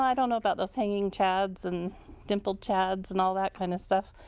not know about those hanging chads and dimple chads and all that kind of stuff